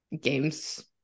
games